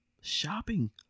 shopping